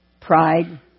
pride